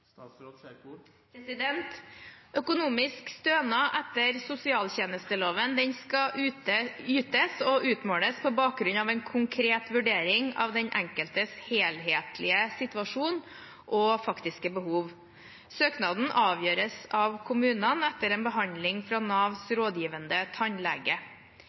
Økonomisk stønad etter sosialtjenesteloven skal ytes og utmåles på bakgrunn av en konkret vurdering av den enkeltes helhetlige situasjon og faktiske behov. Søknaden avgjøres av kommunene etter en behandling fra Navs rådgivende tannlege.